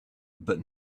but